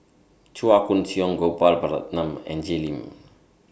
Chua Koon Siong Gopal Baratham and Jay Lim